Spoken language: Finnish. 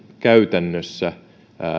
käytännössä